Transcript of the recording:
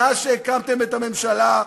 מאז שהקמתם את הממשלה,